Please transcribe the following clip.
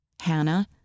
Hannah